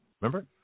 Remember